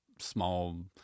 small